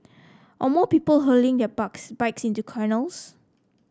or more people hurling their bikes into canals